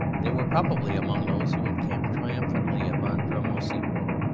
they were probably among those who encamped triumphantly upon drumossie moor,